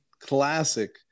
Classic